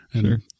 sure